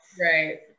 Right